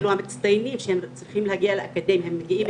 וכאילו המצטיינים שהם צריכים להגיע לאקדמיה מגיעים.